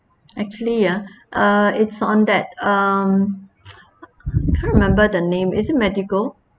actually ya uh it's on that um I can't remember the name is it madigo